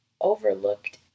overlooked